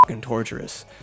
torturous